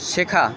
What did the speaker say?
শেখা